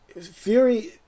Fury